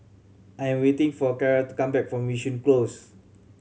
I'm waiting for Cara to come back from Yishun Close